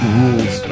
rules